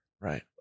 Right